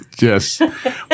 Yes